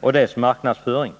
och dess marknadsföring.